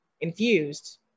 infused